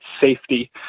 safety